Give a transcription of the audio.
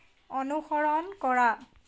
অনুসৰণ কৰা